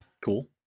Cool